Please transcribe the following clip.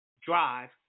drive